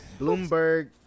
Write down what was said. Bloomberg